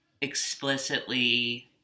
explicitly